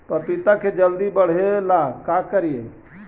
पपिता के जल्दी बढ़े ल का करिअई?